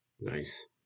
Nice